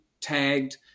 tagged